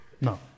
No